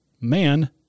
Man